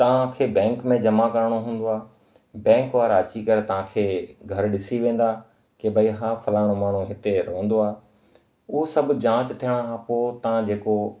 तव्हां खे बैंक में जमा करिणो हूंदो आहे बैंक वारा अची करे तव्हां खे घरु ॾिसी वेंदा के भई हा फलाणो माण्हूं हिते रहंदो आहे उहो सभु जांचु थियण खां पोइ तव्हां जेको